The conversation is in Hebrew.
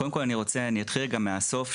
קודם כל, אני אתחיל רגע מהסוף.